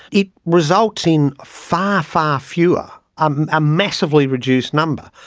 it results in far, far fewer, um a massively reduced number.